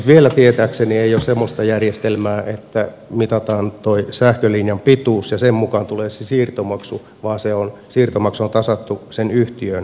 vielä tietääkseni ei ole semmoista järjestelmää että mitataan tuo sähkölinjan pituus ja sen mukaan tulee se siirtomaksu vaan se siirtomaksu on tasattu sen yhtiön alueelle